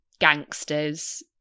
gangsters